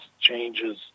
changes